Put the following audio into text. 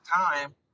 time